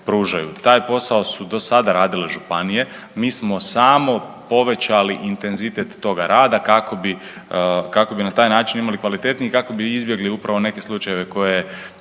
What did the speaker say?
Taj posao su do sada radile županije. Mi smo samo povećali intenzitet toga rada kako bi na taj način imali kvalitetniji i kako bi izbjegli upravo neke slučajeve koje